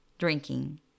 Drinking